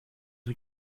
του